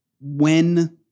when-